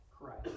Christ